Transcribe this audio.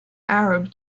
arab